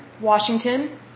Washington